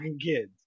kids